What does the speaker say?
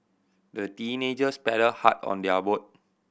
the teenagers paddled hard on their boat